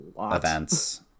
events